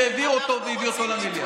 שהעביר אותו והביא אותו למליאה.